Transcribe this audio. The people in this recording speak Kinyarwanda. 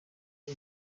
iyo